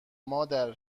مادر